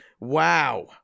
Wow